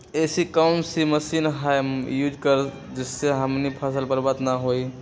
ऐसी कौन सी मशीन हम यूज करें जिससे हमारी फसल बर्बाद ना हो?